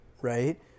right